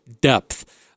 depth